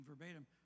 verbatim